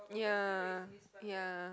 ya ya